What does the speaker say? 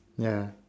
ya